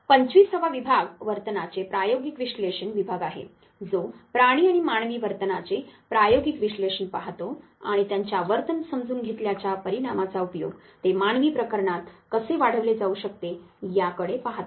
25 वा विभाग वर्तनाचे प्रायोगिक विश्लेषण विभाग आहे जो प्राणी आणि मानवी वर्तनाचे प्रायोगिक विश्लेषण पाहतो आणि त्यांच्या वर्तन समजून घेतल्याच्या परिणामाचा उपयोग ते मानवी प्रकरणात कसे वाढविले जाऊ शकते याकडे पाहतात